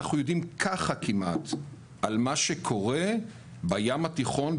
אנחנו לא יודעים כמעט כלום על מה שקורה בים התיכון,